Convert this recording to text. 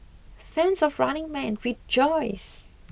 Fans of Running Man rejoice